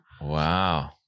wow